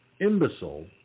imbecile